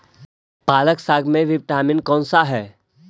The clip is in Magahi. पालक साग में विटामिन कौन सा है?